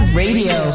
radio